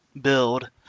build